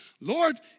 Lord